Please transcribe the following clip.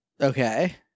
Okay